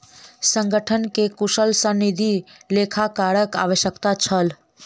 संगठन के कुशल सनदी लेखाकारक आवश्यकता छल